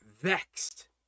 vexed